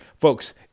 Folks